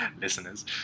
listeners